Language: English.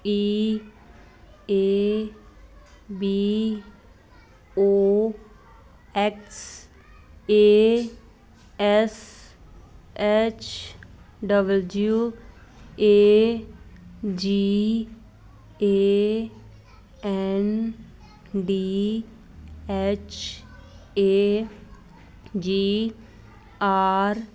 E A B O X A S H W A G A N D H A G R